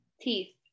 Teeth